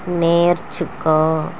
నేర్చుకో